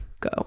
go